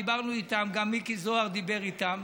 דיברנו איתם, וגם מיקי זוהר דיבר איתם.